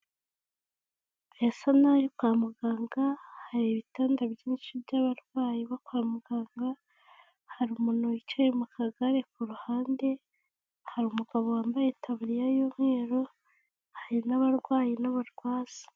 Birasa nkaho ari kwa muganga hari ibitanda byinshi by'abarwayi bo kwa muganga, hari umuntu wicaye mu kagare ku ruhande, hari umugabo wambaye itabuririya y'umweru, hari n'abarwayi n'abarwaza.